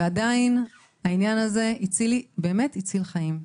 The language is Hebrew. ועדיין העניין הזה באמת הציל חיים,